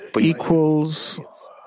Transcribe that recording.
equals